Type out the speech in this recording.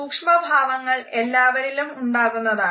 സൂക്ഷ്മഭാവങ്ങൾ എല്ലാവരിലും ഉണ്ടാകുന്നതാണ്